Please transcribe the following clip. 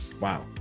Wow